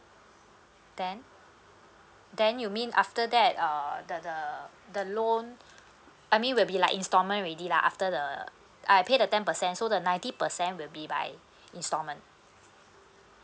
then then you mean after that err the the the loan I mean will be like installment already lah after the I pay the ten percent so the ninety percent will be by installment